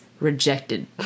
rejected